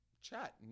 chat